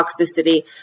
toxicity